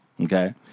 Okay